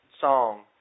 song